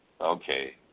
Okay